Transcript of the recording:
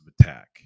Attack